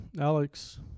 Alex